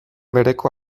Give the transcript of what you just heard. bereko